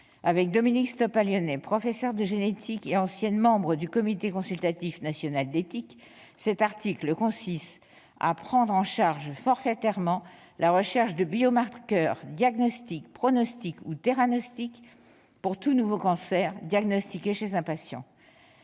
avec Dominique Stoppa-Lyonnet, professeure de génétique et ancienne membre du Comité consultatif national d'éthique, cet article consiste à prendre en charge forfaitairement la recherche de biomarqueurs diagnostiques, pronostiques ou théranostiques pour tout nouveau cancer diagnostiqué chez un patient.